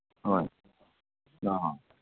ꯍꯣꯏ ꯑꯥ